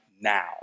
now